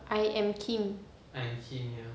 I am kim